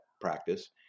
practice